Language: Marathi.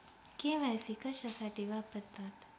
के.वाय.सी कशासाठी वापरतात?